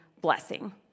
blessing